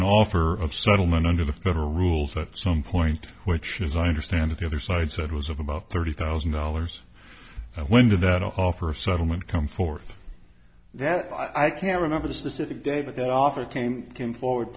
an offer of settlement under the federal rules at some point which as i understand it the other side said was of about thirty thousand dollars when did that offer of settlement come forth that i can't remember the specific date that offer came came forward